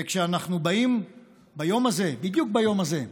וכשאנחנו באים ביום הזה, בדיוק ביום הזה,